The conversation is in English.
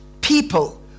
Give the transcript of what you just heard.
people